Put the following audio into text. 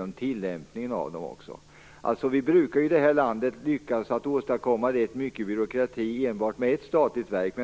om tillämpningen av dem. Vi brukar i det här landet lyckas att åstadkomma rätt mycket byråkrati med enbart ett statligt verk.